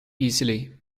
easily